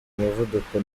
umuvuduko